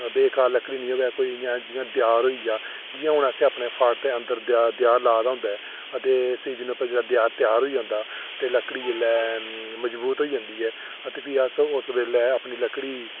बेकार लकड़ी निं होऐ कोई इं'या जि'यां देआर होऐ ते जि'यां हून असें अपने अंदर देआर लाए दा होऐ ते सीज़न पर जेल्लै देआर त्यार होई जंदा ते लकड़ी जेल्लै मजबूत होई जंदी ऐ ते प्ही अस उसलै अपनी लकड़ी